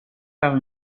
par